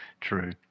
True